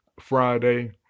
Friday